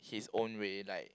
in his own way like